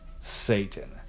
Satan